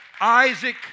Isaac